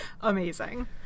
Amazing